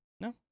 No